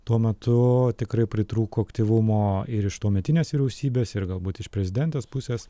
tuo metu tikrai pritrūko aktyvumo ir iš tuometinės vyriausybės ir galbūt iš prezidentės pusės